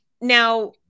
now